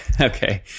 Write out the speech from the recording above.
okay